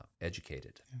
educated